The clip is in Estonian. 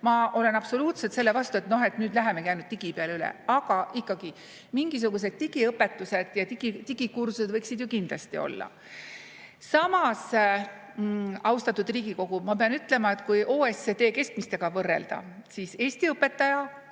Ma olen absoluutselt selle vastu, et nüüd lähemegi ainult digi peale üle. Aga ikkagi, mingisugused digiõpetused ja digikursused võiksid kindlasti olla. Samas, austatud Riigikogu, ma pean ütlema, et kui OECD keskmistega võrrelda, siis Eesti õpetaja